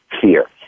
fear